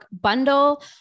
bundle